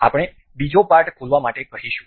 આપણે બીજો પાર્ટ ખોલવા માટે કહીશું